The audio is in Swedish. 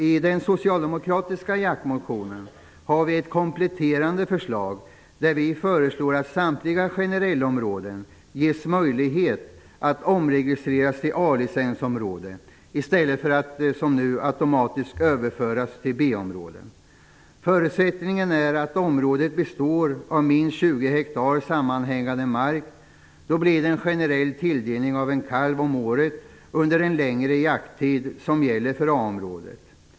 I den socialdemokratiska jaktmotionen har vi ett kompletterande förslag om att samtliga generellområden skall ges möjlighet att omregistreras till A-licensområde i stället för att som nu automatiskt överföras till B-områden. Förutsättningen är att området består av minst 20 ha sammanhängande mark. Då blir den generella tilldelningen en kalv om året under den längre jakttid som gäller för A-området.